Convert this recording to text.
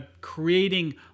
creating